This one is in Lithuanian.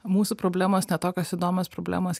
mūsų problemos ne tokios įdomios problemos